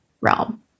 realm